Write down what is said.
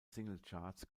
singlecharts